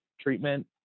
treatment